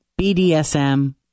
BDSM